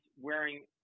wearing –